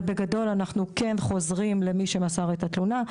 אבל בגדול אנחנו כן חוזרים למי שמסר את התלונה.